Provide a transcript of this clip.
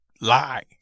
lie